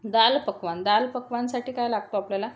दाल पकवान दाल पकवानसाठी काय लागतो आपल्याला